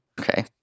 Okay